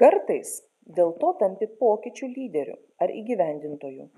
kartais dėl to tampi pokyčių lyderiu ar įgyvendintoju